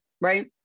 right